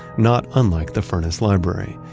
not unlike the furness library.